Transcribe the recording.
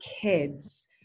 kids